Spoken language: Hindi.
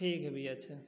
ठीक है भइया अच्छा